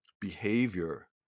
behavior